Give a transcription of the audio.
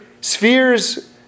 spheres